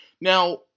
Now